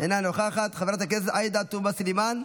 אינה נוכחת, חברת הכנסת עאידה תומא סלימאן,